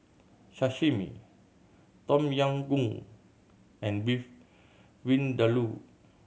Sashimi Tom Yam Goong and Beef Vindaloo